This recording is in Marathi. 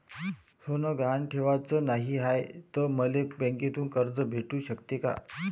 सोनं गहान ठेवाच नाही हाय, त मले बँकेतून कर्ज भेटू शकते का?